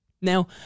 Now